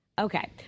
Okay